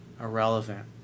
irrelevant